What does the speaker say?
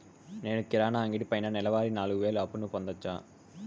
నేను కిరాణా అంగడి పైన నెలవారి నాలుగు వేలు అప్పును పొందొచ్చా?